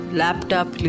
laptop